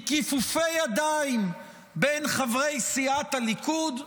מכיפופי ידיים בין חברי סיעת הליכוד,